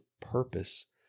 purpose